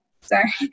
sorry